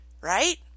right